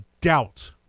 doubt